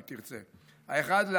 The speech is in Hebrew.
אם תרצה: א.